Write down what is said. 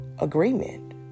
agreement